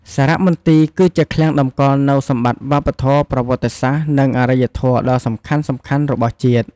សារមន្ទីរគឺជា ឃ្លាំងតម្កល់នូវសម្បត្តិវប្បធម៌ ប្រវត្តិសាស្ត្រ និងអរិយធម៌ដ៏សំខាន់ៗរបស់ជាតិ។